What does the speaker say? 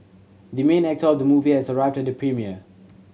the main actor of the movie has arrived the premiere